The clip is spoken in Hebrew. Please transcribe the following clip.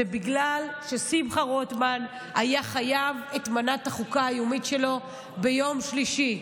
זה בגלל ששמחה רוטמן היה חייב את מנת החוקה היומית שלו ביום שלישי.